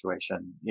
situation